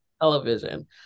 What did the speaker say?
television